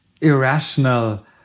irrational